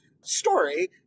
story